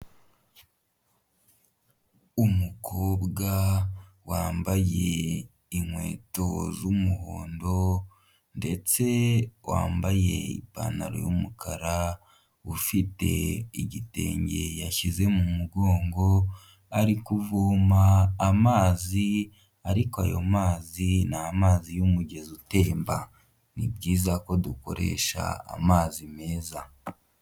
Umukobwa wambaye inkweto z'umuhondo ndetse wambaye ipantaro y'umukara ufite igitenge yashyize mu mugongo, ari kuvoma amazi ariko ayo mazi ni amazi y'umugezi utemba, ni byiza ko dukoresha amazi meza.